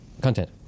content